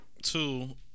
Two